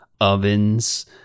ovens